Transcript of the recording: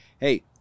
hey